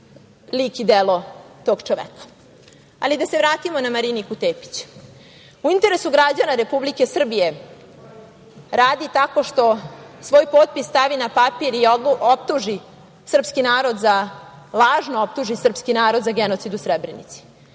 lik i delo tog čoveka, ali da se vratimo na Marinike Tepić.U interesu građana Republike Srbije radi tako što svoj potpis stavi na papir i lažno optuži srpski narod za genocid u Srebrenici,